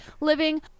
living